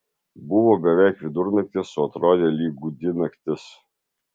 buvo beveik vidurnaktis o atrodė lyg gūdi naktis